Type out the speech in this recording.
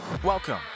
Welcome